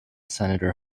senator